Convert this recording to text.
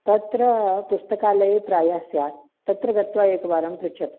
तत्र पुस्तकालये प्रायः स्यात् तत्र गत्वा एकवारं पृच्छतु